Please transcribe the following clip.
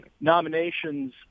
nominations